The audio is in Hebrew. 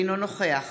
אינו נוכח